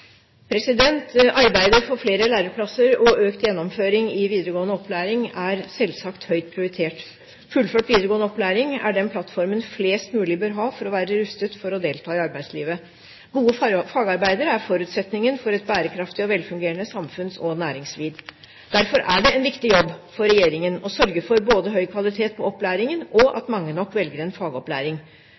Arbeidet for flere læreplasser og økt gjennomføring i videregående opplæring er høyt prioritert. Fullført videregående opplæring er den plattformen flest mulig bør ha for å være rustet for å delta i arbeidslivet. Gode fagarbeidere er forutsetningen for et bærekraftig og velfungerende samfunns- og næringsliv. Derfor er det en viktig jobb for regjeringen å sørge for både høy kvalitet på opplæringen og at mange nok velger en fagopplæring.